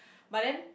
but then